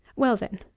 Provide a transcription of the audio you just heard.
well, then,